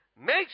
Make